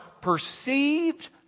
perceived